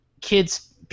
kids